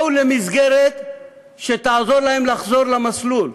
באו למסגרת שתעזור להם לחזור למסלול.